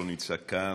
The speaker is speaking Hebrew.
שלא נמצא כאן,